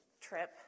trip